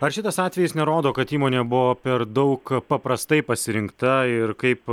ar šitas atvejis nerodo kad įmonė buvo per daug paprastai pasirinkta ir kaip